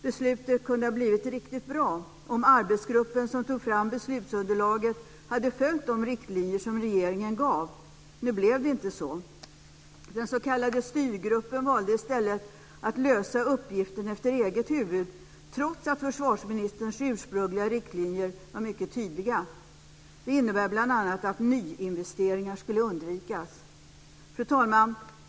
Beslutet kunde ha blivit riktigt bra om arbetsgruppen, som tog fram beslutsunderlaget, hade följt de riktlinjer som regeringen gav. Nu blev det inte så. Den s.k. styrgruppen valde i stället att lösa uppgiften efter eget huvud trots att försvarsministerns ursprungliga riktlinjer var mycket tydliga. De innebar bl.a. att nyinvesteringar skulle undvikas. Fru talman!